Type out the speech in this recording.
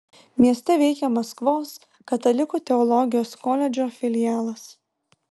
mieste veikia maskvos katalikų teologijos koledžo filialas